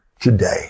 today